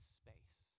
space